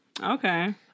Okay